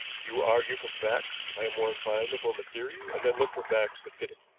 you argue from facts i am more inclined to form a theory, and then look for facts to fit it.